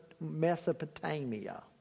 Mesopotamia